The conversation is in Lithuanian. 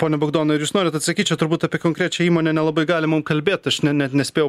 pone bogdanai ar jūs norit atsakyt čia turbūt apie konkrečią įmonę nelabai galima kalbėt aš ne net nespėjau